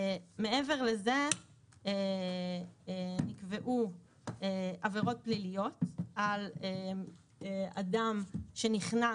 מעבר לה נקבעו עבירות פליליות על אדם שנכנס